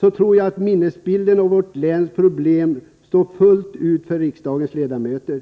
så tror jag att minnesbilden av vårt läns problem står fullt klar för riksdagens ledamöter.